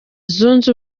zunze